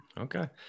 Okay